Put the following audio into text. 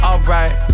Alright